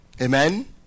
Amen